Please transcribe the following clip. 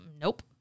nope